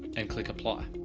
and click apply.